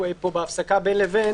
בהפסקה בין לבין,